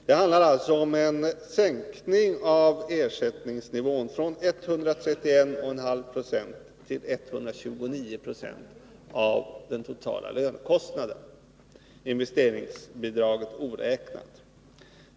Det handlar alltså om en sänkning av ersättningsnivån från 131,4 20 till 129 2 av den totala lönekostnaden, investeringsbidraget oräknat.